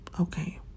okay